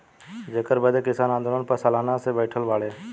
जेकरे बदे किसान आन्दोलन पर सालन से बैठल बाड़े